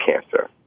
cancer